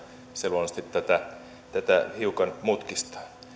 se luonnollisesti tätä hiukan mutkistaa